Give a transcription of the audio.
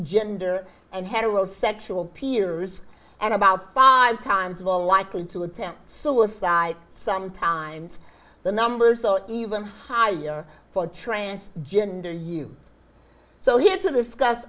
gender and heterosexual peers and about five times more likely to attempt suicide sometimes the numbers are even higher for trans gender you so he had to